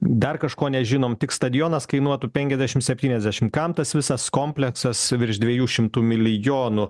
dar kažko nežinom tik stadionas kainuotų penkiasdešimt septyniasdešimt kam tas visas kompleksas virš dviejų šimtų milijonų